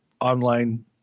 online